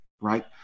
Right